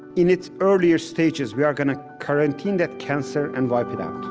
in its earlier stages, we are gonna quarantine that cancer and wipe it out